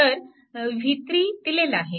तर v3 दिलेला आहे